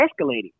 escalating